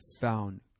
found